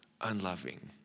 unloving